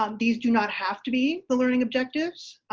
um these do not have to be the learning objectives.